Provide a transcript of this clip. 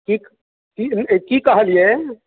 की की हँ की कहलियै